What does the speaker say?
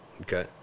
Okay